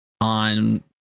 on